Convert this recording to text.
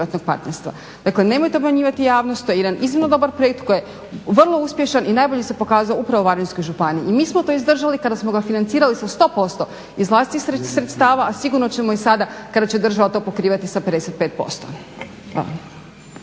Dakle nemojte obmanjivati javnost to je jedan iznimno dobar projekt koji je vrlo uspješan i najbolje se pokazao upravo u Varaždinskoj županiji. I mi smo to izdržali kada smo ga financirali sa 100% iz vlastitih sredstva a sigurno ćemo i sada kada će to država pokrivati sa 55%.